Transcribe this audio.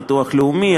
ביטוח לאומי,